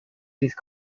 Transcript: these